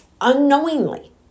unknowingly